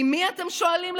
ממי, אתם שואלים,